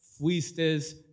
fuistes